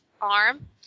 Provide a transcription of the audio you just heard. arm